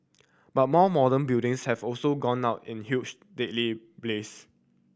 but more modern buildings have also gone up in huge deadly blaze